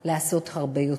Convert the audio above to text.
לעשות הרבה יותר.